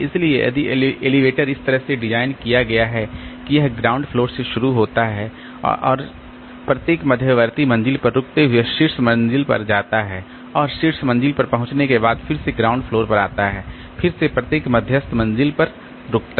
इसलिए यदि एलिवेटर इस तरह से डिज़ाइन किया गया है कि यह ग्राउंड फ्लोर से शुरू होता है और शुरू होता है और प्रत्येक मध्यवर्ती मंजिल पर रुकते हुए शीर्ष मंजिल पर जाता है और शीर्ष मंजिल पर पहुंचने के बाद फिर से ग्राउंड फ्लोर पर आता है फिर से प्रत्येक मध्यस्थ मंजिल पर रुकना